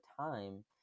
Time